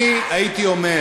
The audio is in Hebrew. אני הייתי אומר